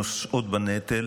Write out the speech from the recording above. הן נושאות בנטל.